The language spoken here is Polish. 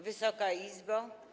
Wysoka Izbo!